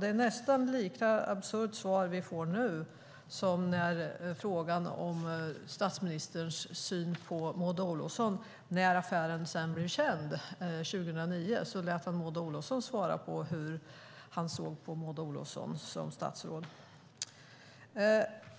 Det är ett nästan lika absurt svar vi får nu som på frågan om statsministerns syn på Maud Olofsson. När affären blev känd 2009 lät han Maud Olofsson svara på hur han såg på Maud Olofsson som statsråd.